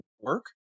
work